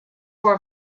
were